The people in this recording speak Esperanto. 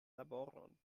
laboron